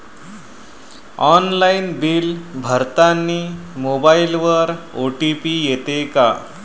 Online bill भरतानी मोबाईलवर OTP येते का?